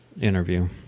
interview